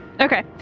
Okay